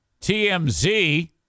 TMZ